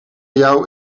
jou